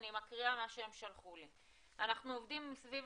אני מקריאה מה שהם שלחו לי: אנחנו עובדים סביב